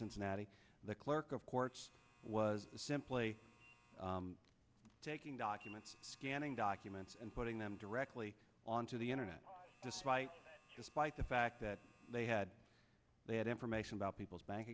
cincinnati the clerk of courts was simply taking documents scanning documents and putting them directly onto the internet despite just fight the fact that they had they had information about people's bank